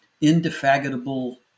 indefatigable